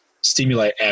stimulate